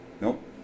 Nope